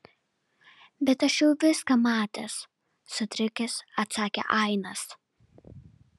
bet aš jau viską matęs sutrikęs atsakė ainas